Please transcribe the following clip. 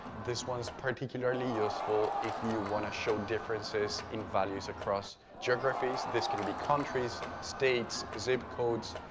this one is particularly useful if you want to show differences in values across geographies. this could be countries, states, zip codes